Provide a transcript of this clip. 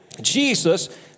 Jesus